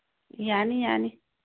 ꯌꯥꯅꯤ ꯌꯥꯅꯤ